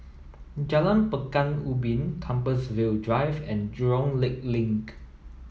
Jalan Pekan Ubin Compassvale Drive and Jurong Lake Link